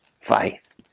faith